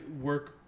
work